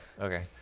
okay